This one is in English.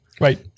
Right